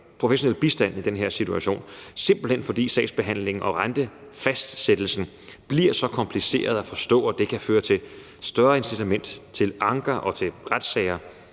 professionel bistand i den her situation, simpelt hen fordi sagsbehandlingen og rentefastsættelsen bliver så kompliceret at forstå, at det kan føre til større incitament til anker og retssager.